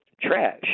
trash